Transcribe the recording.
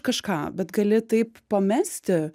kažką bet gali taip pamesti